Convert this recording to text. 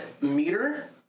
meter